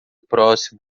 próximo